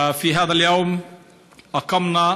וביום זה התקיימה